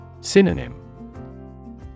Synonym